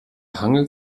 hangelt